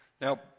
Now